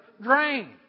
drain